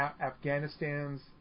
Afghanistan's